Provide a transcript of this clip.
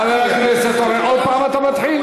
חבר הכנסת אורן, עוד פעם אתה מתחיל?